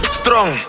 strong